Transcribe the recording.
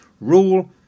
rule